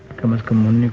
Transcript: come. and come on,